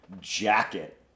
jacket